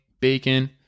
bacon